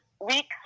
weeks